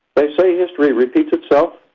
they say history repeats itself,